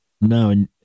No